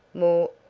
more,